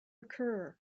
occur